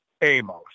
Amos